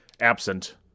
absent